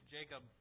Jacob